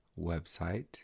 website